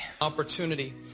Opportunity